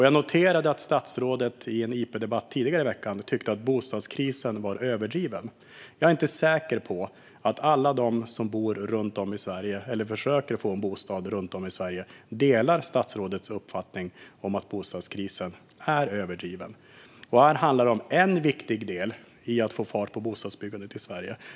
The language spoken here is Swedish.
Jag noterade att statsrådet i en interpellationsdebatt tidigare i veckan tyckte att bostadskrisen är överdriven. Jag är inte säker på att alla de runt om i Sverige som försöker få en bostad delar statsrådets uppfattning att bostadskrisen är överdriven. Här handlar det om en viktig del i att få fart på bostadsbyggandet i Sverige.